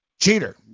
cheater